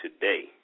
today